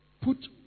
Put